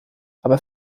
aber